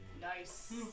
Nice